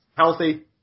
healthy